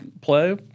play